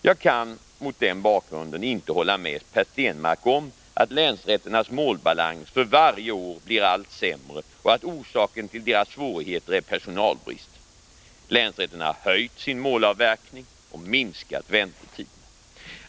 Jag kan mot den bakgrunden inte hålla med Per Stenmarck om att länsrätternas målbalans för varje år blir allt sämre och att orsaken till deras svårigheter är personalbrist. Länsrätterna har höjt sin målavverkning och minskat väntetiderna.